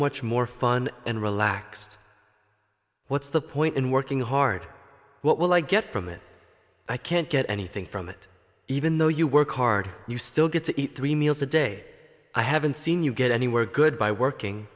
much more fun and relaxed what's the point in working hard what will i get from it i can't get anything from it even though you work hard you still get to eat three meals a day i haven't seen you get anywhere good by working